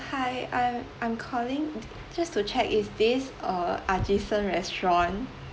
hi I'm I'm calling just to check is this uh artisan restaurant